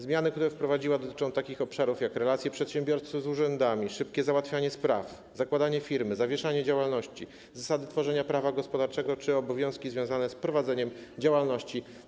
Zmiany, które wprowadziła, dotyczą takich obszarów jak relacje przedsiębiorców z urzędami, szybkie załatwianie spraw, zakładanie firmy, zawieszanie działalności, zasady tworzenia prawa gospodarczego czy obowiązki związane z prowadzeniem działalności.